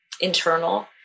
internal